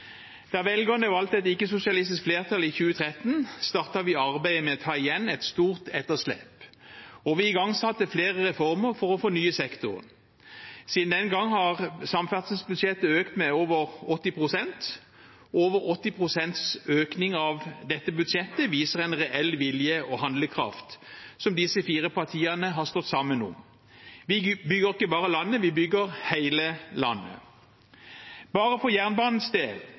Da velgerne valgte et ikke-sosialistisk flertall i 2013, startet vi arbeidet med å ta igjen et stort etterslep, og vi igangsatte flere reformer for å fornye sektoren. Siden den gang har samferdselsbudsjettet økt med over 80 pst. Over 80 pst. økning av dette budsjettet viser en reell vilje og handlekraft, som disse fire partiene har stått sammen om. Vi bygger ikke bare landet, vi bygger hele landet. Bare for jernbanens del